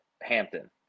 Hampton